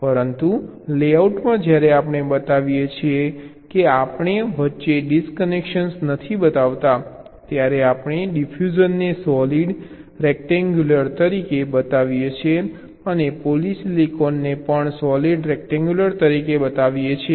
પરંતુ લેઆઉટમાં જ્યારે આપણે બતાવીએ છીએ કે આપણે વચ્ચે ડિસકનેક્શન નથી બતાવતા ત્યારે આપણે ડિફ્યુઝનને સોલિડ રેક્ટેન્ગ્યુલર તરીકે બતાવીએ છીએ અને પોલિસીલિકોનને પણ સોલિડ રેક્ટેન્ગ્યુલર તરીકે બતાવીએ છીએ